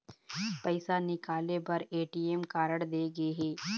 पइसा निकाले बर ए.टी.एम कारड दे गे हे